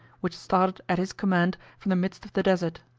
which started at his command from the midst of the desert.